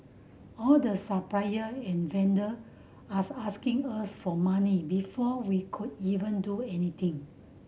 all the supplier and vendor as asking us for money before we could even do anything